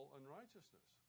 unrighteousness